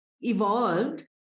evolved